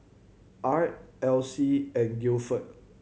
Art Elyse and Gilford